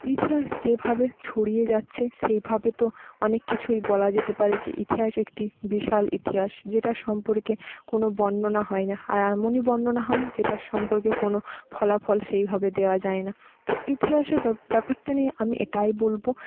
ইতিহাস যেভাবে ছড়িয়ে যাচ্ছে সেইভাবে তো অনেক কিছুই বলা যেতে পারে যে ইতিহাস একটি বিশাল ইতিহাস যেটা সম্পর্কে কোন বর্ণনা হয় না আর এমনই বর্ণনা হয় যেটার সম্পর্কে কোন ফলাফল সেইভাবে দেওয়া যায় না তো ইতিহাসের ব্যাপারটা নিয়ে আমি এটাই বলব